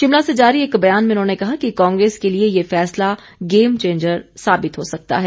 शिमला से जारी एक बयान में उन्होंने कहा कि कांग्रेस के लिए ये फैसला गेम चेंजर साबित हो सकता है